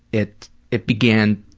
it it began